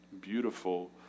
Beautiful